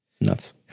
nuts